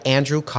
Andrew